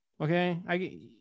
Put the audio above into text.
okay